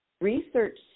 research